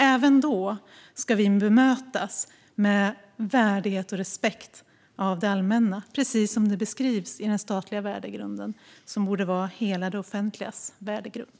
Även då ska vi bemötas med värdighet och respekt av det allmänna, precis som det beskrivs i den statliga värdegrunden som borde vara hela det offentligas värdegrund.